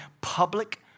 public